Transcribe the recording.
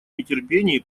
нетерпении